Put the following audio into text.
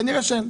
כנראה שאין.